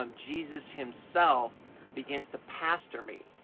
um jesus himself begins to pastor me.